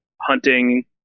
hunting